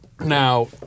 Now